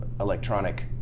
electronic